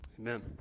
Amen